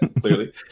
Clearly